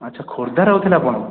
ଆଚ୍ଛା ଖୋର୍ଦ୍ଧାରେ ହେଉଥିଲେ ଆପଣ